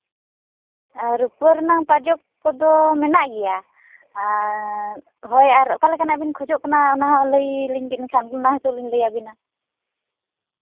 ᱟᱨ ᱨᱩᱯᱟᱹ ᱨᱮᱱᱟᱝ ᱯᱟᱡᱚᱠ ᱠᱚᱫᱚ ᱢᱮᱱᱟᱜ ᱜᱮᱭᱟ ᱟᱨ ᱦᱳᱭ ᱟᱨ ᱚᱠᱟ ᱞᱮᱠᱟᱱᱟᱜ ᱵᱤᱱ ᱠᱷᱚᱡᱚᱜ ᱠᱟᱱᱟ ᱚᱱᱟ ᱦᱚᱸ ᱞᱟᱹᱭ ᱟᱹᱞᱤᱧ ᱵᱮᱱ ᱮᱱᱠᱷᱟᱱ ᱚᱱᱟ ᱦᱤᱥᱟᱹᱵ ᱞᱤᱧ ᱞᱟᱹᱭ ᱟᱹᱵᱤᱱᱟ